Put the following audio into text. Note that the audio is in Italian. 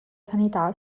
sanità